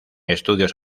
estudios